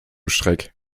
schreck